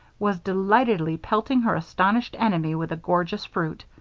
was delightedly pelting her astonished enemy with the gorgeous fruit.